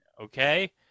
Okay